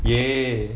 !yay!